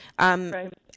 right